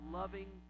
loving